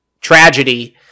tragedy